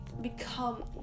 become-